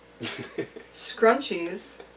scrunchies